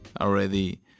already